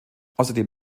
außerdem